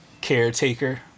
caretaker